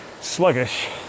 sluggish